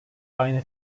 aynı